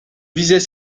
visait